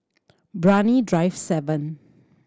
Brani Drive Seven